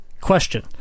Question